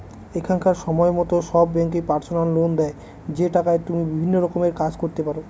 এখনকার সময়তো সব ব্যাঙ্কই পার্সোনাল লোন দেয় যে টাকায় তুমি বিভিন্ন রকমের কাজ করতে পারো